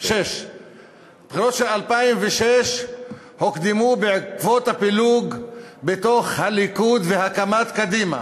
6. 6. הבחירות של 2006 הוקדמו בעקבות הפילוג בתוך הליכוד והקמת קדימה.